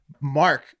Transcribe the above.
Mark